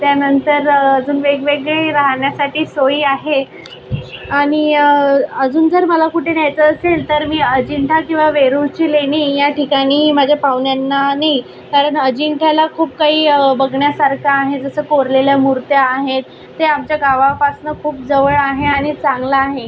त्यानंतर अजून वेगवेगळे राहण्यासाठी सोयी आहे आणि अजून जर मला कुठे न्यायचं असेल तर मी अजिंठा किंवा वेरूळची लेणी या ठिकाणी माझ्या पाहुण्यांना नेईन कारण अजिंठ्याला खूप काही बघण्यासारखं आहे जसं कोरलेल्या मुर्त्या आहेत हे आमच्या गावापासनं खूप जवळ आहे आणि चांगला आहे